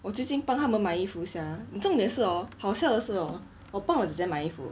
我最近帮他们买衣服 sia 重点是 hor 好笑的是 hor 我帮我姐姐买衣服